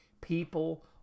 People